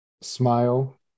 smile